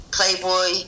Playboy